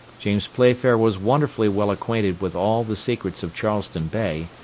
james playfair was wonderfully well acquainted with all the secrets of charleston bay,